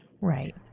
Right